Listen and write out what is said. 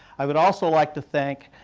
i would also like to thank,